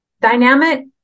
dynamic